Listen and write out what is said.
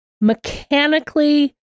mechanically